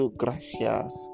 gracias